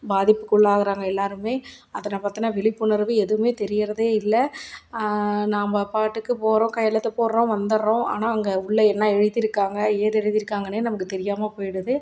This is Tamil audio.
பாதிப்புக்குள்ளாகிறாங்க எல்லாருமே அதனை பற்றின விழிப்புணர்வு எதுவுமே தெரியிறதே இல்லை நம்ப பாட்டுக்கு போகறோம் கையெழுத்த போடுறோம் வந்துவிட்றோம் ஆனால் அங்கே உள்ள என்ன எழுதிருக்காங்க ஏது எழுதிருக்காங்கன்னே நமக்கு தெரியாமல் போயிடுது